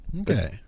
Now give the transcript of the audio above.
Okay